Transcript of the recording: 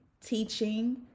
teaching